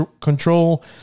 control